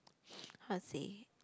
how to say